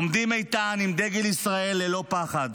עומדים איתן עם דגל ישראל ללא פחד.